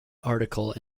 article